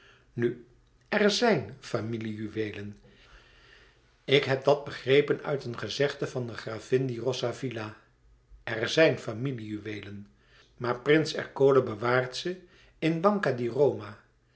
nu er zijn familie juweelen ik heb dat begrepen uit een gezegde van de gravin di rosavilla er zijn familie juweelen maar prins ercole bewaart ze in